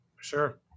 sure